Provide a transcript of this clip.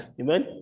Amen